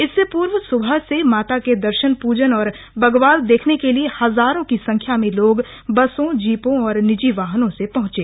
इससे पूर्व सुबह से माता के दर्शन पूजन और बग्वाल देखने के लिए हजारों की संख्या में लोग बसों जीपों और निजी वाहनों से पहुंचे